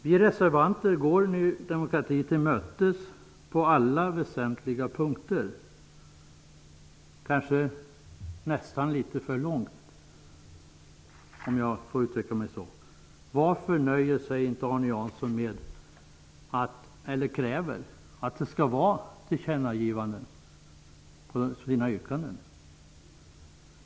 Vi reservanter går nu Ny demokrati till mötes på alla väsentliga punkter -- kanske nästan litet för långt, om jag får uttrycka mig så. Varför nöjer sig inte Arne Jansson med att kräva tillkännagivanden i anslutning till sina yrkanden?